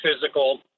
physical